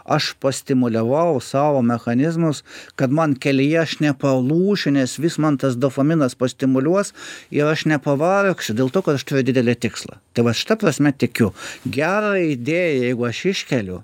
aš pastimuliavau savo mechanizmus kad man kelyje aš nepalūšiu nes vis man tas dopaminas pastimuliuos ir aš nepavargsiu dėl to kad aš turiu didelį tikslą tai va šita prasme tikiu gerą idėją jeigu aš iškeliu